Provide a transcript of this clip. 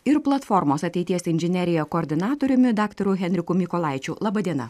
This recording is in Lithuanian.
ir platformos ateities inžinerija koordinatoriumi daktaru henriku mykolaičiu laba diena